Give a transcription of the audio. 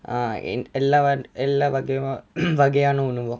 uh eh எல்லா~ எல்லா வகையும்~:ella~ ella vagaiyum~ வகையான உணவும்:vagaiyana unavum